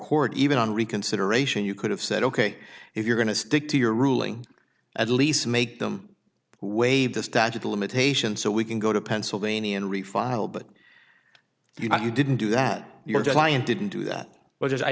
court even on reconsideration you could have said ok if you're going to stick to your ruling at least make them waive the statute of limitations so we can go to pennsylvania and refile but you didn't do that your july and didn't do that well just i